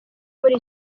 muri